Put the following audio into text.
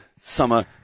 summer